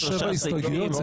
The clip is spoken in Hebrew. שבע הסתייגויות.